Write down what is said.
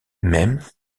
même